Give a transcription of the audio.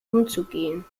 umzugehen